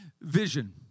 vision